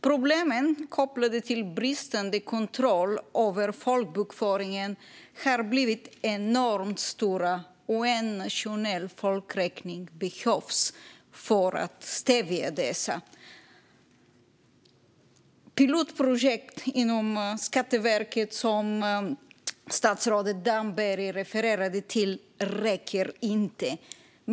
Problemen kopplade till bristande kontroll över folkbokföringen har blivit enormt stora, och en nationell folkräkning behövs för att stävja detta. Pilotprojekt inom Skatteverket, som statsrådet Damberg refererade till, räcker inte.